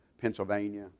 Pennsylvania